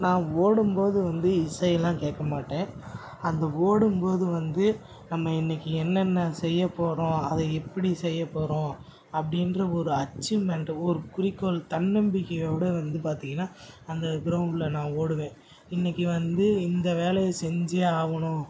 நான் ஓடும் போது வந்து இசையெல்லாம் கேட்க மாட்டேன் அந்த ஓடும் போது வந்து நம்ம இன்னைக்கு என்னென்ன செய்யப் போகிறோம் அதை எப்படி செய்யப் போகிறோம் அப்படின்ற ஒரு அச்சீவ்மெண்ட் ஒரு குறிக்கோள் தன்னம்பிக்கையோடு வந்து பார்த்திங்கன்னா அந்த கிரௌண்டில் நான் ஓடுவேன் இன்னைக்கு வந்து இந்த வேலையை செஞ்சே ஆகணும்